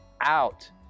out